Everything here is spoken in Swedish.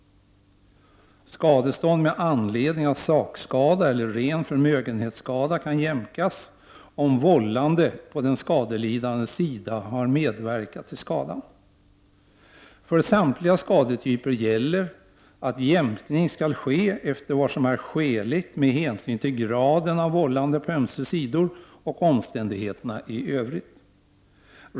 Skadestånd med anledning av sakskada eller ren förmögenhetsskada kan jämkas om vållande på den skadelidandes sida har medverkat till skadan. För samtliga skadetyper gäller att jämkning skall ske efter vad som är skäligt med hänsyn till graden av vållande på ömse sidor och omständigheterna i övrigt.